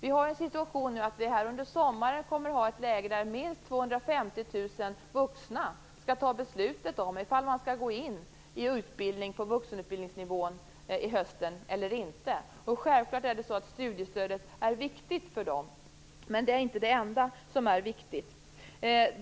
Under sommaren kommer vi att ha en situation då minst 250 000 vuxna skall fatta beslut om ifall de skall gå in i utbildning på vuxenutbildningsnivå i höst eller inte. Självklart är studiestödet viktigt för dem, men det är inte det enda som är viktigt.